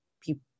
people